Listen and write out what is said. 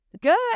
Good